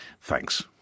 Thanks